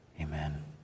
Amen